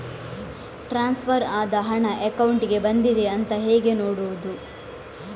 Transfer ಆದ ಹಣ ಅಕೌಂಟಿಗೆ ಬಂದಿದೆ ಅಂತ ಹೇಗೆ ನೋಡುವುದು?